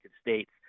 States